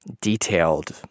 detailed